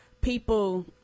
People